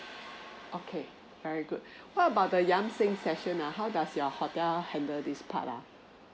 okay very good what about the yam seng session uh how does your hotel handle this part uh